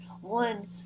One